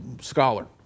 scholar